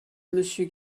monsieur